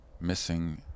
Missing